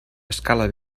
escala